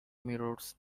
mirrors